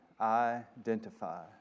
Identify